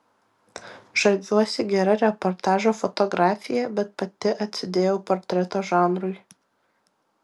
žaviuosi gera reportažo fotografija bet pati atsidėjau portreto žanrui